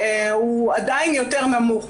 הוא עדיין יותר נמוך,